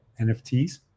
NFTs